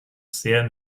sehr